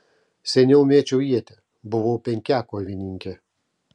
seniau mėčiau ietį buvau penkiakovininkė